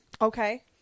Okay